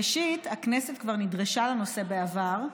ראשית, הכנסת כבר נדרשה לנושא בעבר.